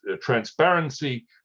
transparency